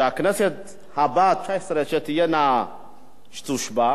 הכנסת הבאה, התשע-עשרה, תושבע,